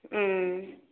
ம் ம்